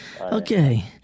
Okay